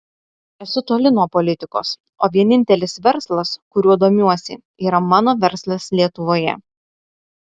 esu toli nuo politikos o vienintelis verslas kuriuo domiuosi yra mano verslas lietuvoje